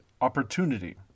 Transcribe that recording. opportunity